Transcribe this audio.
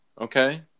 Okay